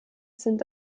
sind